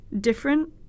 different